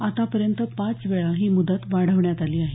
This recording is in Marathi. आतापर्यंत पाचवेळा ही मुदत वाढवण्यात आली आहे